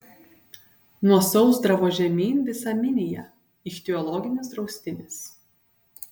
nuo sausdravo žemyn visa minija ichtiologinis draustinis